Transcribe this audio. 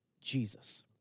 Jesus